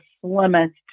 slimmest